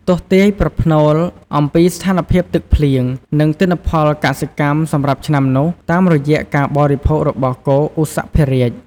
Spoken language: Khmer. ទស្សន៍ទាយប្រផ្នូល អំពីស្ថានភាពទឹកភ្លៀង និងទិន្នផលកសិកម្មសម្រាប់ឆ្នាំនោះ តាមរយៈការបរិភោគរបស់ គោឧសភរាជ។